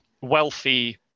wealthy